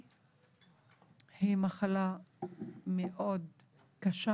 היא מחלה מאוד קשה.